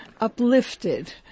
uplifted